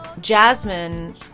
Jasmine